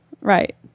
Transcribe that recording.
right